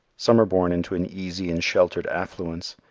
some are born into an easy and sheltered affluence.